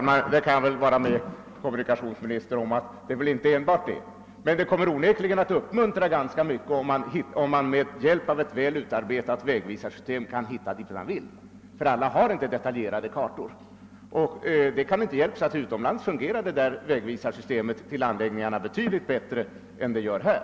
Herr talman! Jag kan hålla med kommunikationsministern om att det inte enbart beror på detta, men det skulle onekligen uppmuntra ganska mycket om man med hjälp av ett väl utarbetat vägvisarsystem kan hitta dit man vill. Alla har inte detaljerade kartor. Det kan inte hjälpas, men jag måste säga att utomlands fungerar vägvisarsystemet till anläggningarna betydligt bättre än här.